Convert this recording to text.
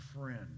Friend